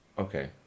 Okay